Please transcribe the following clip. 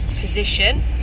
position